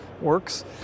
Works